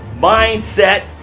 mindset